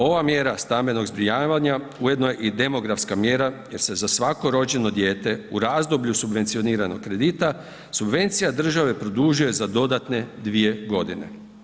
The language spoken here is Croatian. Ova mjera stambenog zbrinjavanja ujedno je i demografska mjera jer se za svako rođeno dijete u razdoblju subvencioniranog kredita subvencija države produžuje za dodatne 2 godine.